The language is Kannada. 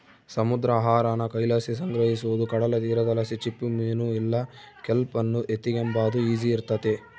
ಸಮುದ್ರ ಆಹಾರಾನ ಕೈಲಾಸಿ ಸಂಗ್ರಹಿಸೋದು ಕಡಲತೀರದಲಾಸಿ ಚಿಪ್ಪುಮೀನು ಇಲ್ಲ ಕೆಲ್ಪ್ ಅನ್ನು ಎತಿಗೆಂಬಾದು ಈಸಿ ಇರ್ತತೆ